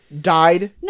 died